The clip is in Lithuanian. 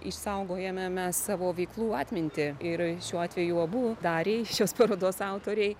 išsaugojame mes savo veiklų atmintį ir šiuo atveju abu dariai šios parodos autoriai